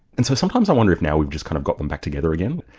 and so sometimes i wonder if now we've just kind of got them back together again.